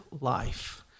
life